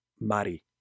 Mari